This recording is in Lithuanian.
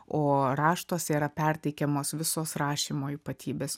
o raštuose yra perteikiamos visos rašymo ypatybės